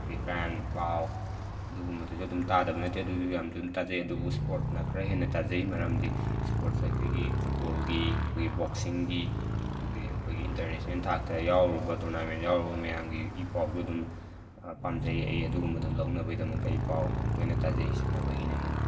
ꯑꯩꯈꯣꯏꯒꯤ ꯀ꯭ꯔꯥꯏꯝ ꯄꯥꯎ ꯑꯗꯨꯒꯨꯝꯕꯗꯨꯁꯨ ꯑꯗꯨꯝ ꯇꯥꯗꯕꯗꯤ ꯅꯠꯇꯦ ꯑꯗꯨꯁꯨ ꯌꯥꯝꯅ ꯑꯗꯨꯝ ꯇꯥꯖꯩ ꯑꯗꯨꯕꯨ ꯁ꯭ꯄꯣꯔꯠꯅ ꯈꯔ ꯍꯦꯟꯅ ꯇꯥꯖꯩ ꯃꯔꯝꯗꯤ ꯁ꯭ꯄꯣꯔꯠꯁꯦ ꯑꯩꯈꯣꯏꯒꯤ ꯐꯨꯠꯕꯣꯜꯒꯤ ꯑꯩꯈꯣꯏ ꯕꯣꯛꯁꯤꯡꯒꯤ ꯑꯗꯨꯒꯤ ꯑꯩꯈꯣꯏꯒꯤ ꯏꯟꯇꯔꯅꯦꯁꯅꯦꯟ ꯊꯥꯛꯇ ꯌꯥꯎꯔꯨꯕ ꯇꯣꯔꯅꯥꯃꯦꯟ ꯌꯥꯎꯔꯨꯕ ꯃꯌꯥꯝꯒꯤ ꯏ ꯄꯥꯎꯗꯣ ꯑꯗꯨꯝ ꯄꯥꯝꯖꯩ ꯑꯩ ꯑꯗꯨꯒꯨꯝꯕꯗꯣ ꯂꯧꯅꯕꯒꯤꯗꯃꯛꯇ ꯑꯩ ꯄꯥꯎ ꯌꯥꯝꯅ ꯇꯣꯏꯅ ꯇꯥꯖꯩ ꯁꯥꯟꯅꯕꯒꯤꯅ ꯍꯦꯟꯅ